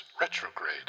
retrograde